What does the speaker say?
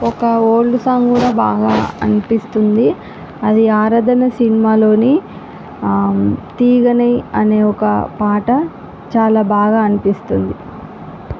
ఒక old song కూడా బాగా అనిపిస్తుంది అది ఆరాధనా సినిమాలోని తీగని అనే ఒక పాట చాలా బాగా అనిపిస్తుంది